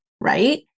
Right